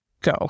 go